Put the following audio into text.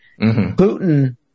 Putin